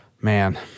Man